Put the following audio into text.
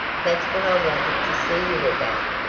that's what i wanted to see you about,